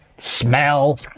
smell